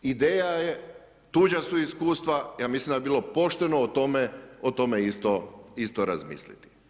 Ideja je, tuđa su iskustva, ja mislim da bi bilo pošteno o tome isto razmisliti.